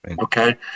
Okay